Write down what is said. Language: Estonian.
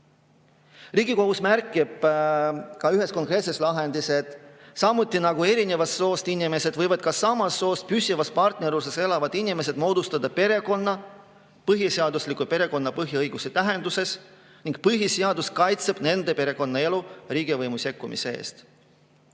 Riigikohus märgib ka ühes konkreetses lahendis, et samuti nagu eri soost inimesed, võivad ka samast soost püsivas partnerluses elavad inimesed moodustada perekonna põhiseadusliku perekonna põhiõiguse tähenduses ning põhiseadus kaitseb nende perekonnaelu riigivõimu sekkumise eest.